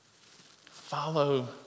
Follow